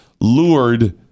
lured